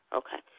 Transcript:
okay